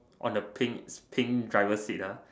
on the pink pink driver seat ah